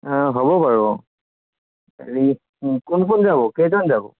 হ'ব বাৰু অঁ কোন কোন যাব কেইজন যাব